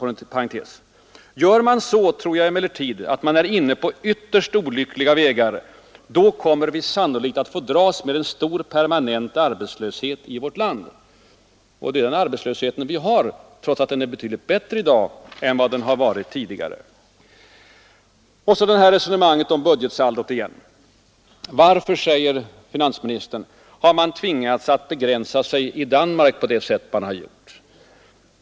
— ”Gör man så, tror jag emellertid att man är inne på ytterst olyckliga vägar. Då kommer vi sannolikt att få dras med en stor permanent arbetslöshet i vårt land.” — Det är den arbetslösheten vi har, även om den är betydligt lägre i dag än vad den har varit tidigare. Och så resonemanget om budgetsaldot igen. Varför, säger finansministern, har man tvingats begränsa sig i Danmark på det sätt som man har gjort?